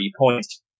points